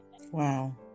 Wow